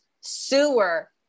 sewer